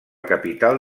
capital